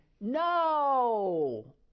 no